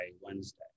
Wednesday